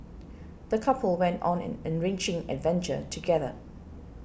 the couple went on an enriching adventure together